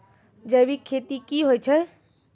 जैविक खेती की होय छै?